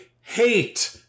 hate